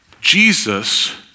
Jesus